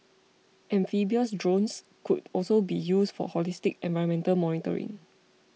amphibious drones could also be used for holistic environmental monitoring